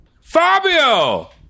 Fabio